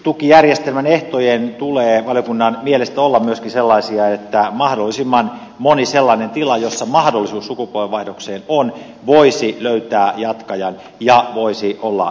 luopumistukijärjestelmän ehtojen tulee valiokunnan mielestä olla myöskin sellaisia että mahdollisimman moni sellainen tila jolla mahdollisuus sukupolvenvaihdokseen on voisi löytää jatkajan ja voisi olla jatkamiskelpoinen